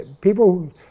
People